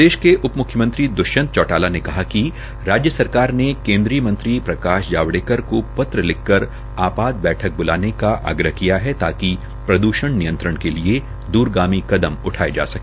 प्रदेश के उप म्ख्यमंत्री द्वष्यंत चौटाला चौटाला ने कहा कि राज्य सरकार ने केन्द्रीय मंत्री प्रकाश जावड़ेर को पत्र लिखकर आपात बैठक बुलाने का आग्रह किया है ताकि प्रद्षण नियंत्रण के लिए द्रगामी कदम उठाये जा सके